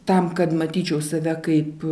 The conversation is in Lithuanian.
tam kad matyčiau save kaip